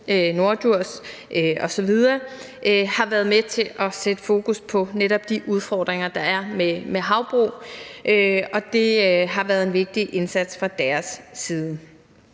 har gjort. Det har været med til at sætte fokus på netop de udfordringer, der er med havbrug, og der er blevet gjort en vigtig indsats fra deres side.